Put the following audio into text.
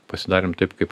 pasidarėm taip kaip